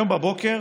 היום בבוקר